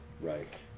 right